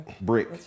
Brick